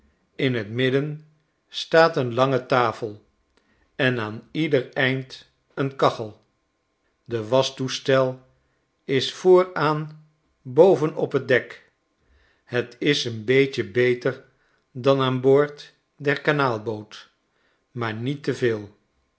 in t midden staat een lange tafel en aan ieder eind een kachel de waschtoestel is vooraan boven op t dek het is een beetje beter dan aan boord der kanaalboot maar niet te veel